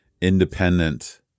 independent